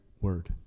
word